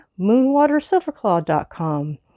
moonwatersilverclaw.com